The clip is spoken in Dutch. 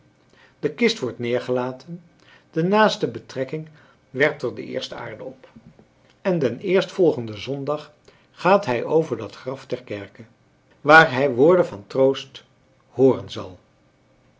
de kist wordt neergelaten de naaste betrekking werpt er de eerste aarde op en den eerstvolgenden zondag gaat hij over dat graf ter kerke waar hij woorden van troost hooren zal